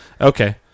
Okay